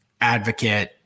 advocate